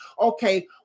okay